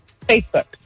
Facebook